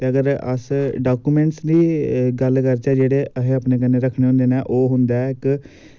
अगर as a documentally गल्ल करचै जेह्ड़े असें अप ने कन्नै रक्खने होंदे ओह् होंदा इक्क